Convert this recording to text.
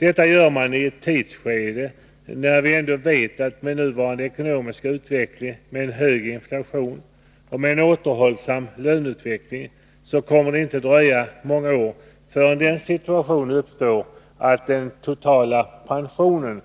Detta gör de i ett tidsskede när vi ändå vet att det med nuvarande ekonomiska utveckling, med hög inflation och återhållsam löneutveckling, inte kommer att dröja många år förrän den situationen uppstår att den totala pensionen